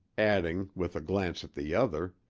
adding, with a glance at the other,